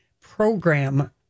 program